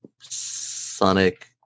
Sonic